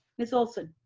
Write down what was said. miss olson.